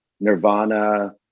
Nirvana